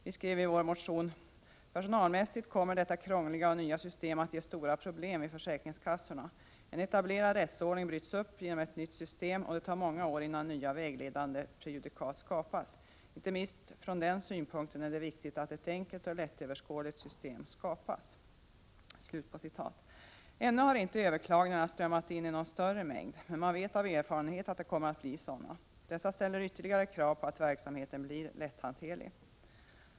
Vi skrev i vår motion: ”Personalmässigt kommer detta krångliga och nya system att ge stora problem vid försäkringskassorna. En etablerad rättsordning bryts upp genom ett nytt system och det tar många år innan nya vägledande prejudikat skapas. Inte minst från den synpunkten är det viktigt att ett enkelt och lättöverskådligt system skapas.” Ännu har inte överklagningarna strömmat in i någon större mängd, men man vet av erfarenhet att det kommer att bli sådana. Dessa ställer ytterligare krav på att verksamheten blir lätthanterlig.